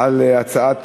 על הצעת